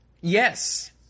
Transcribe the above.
Yes